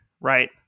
right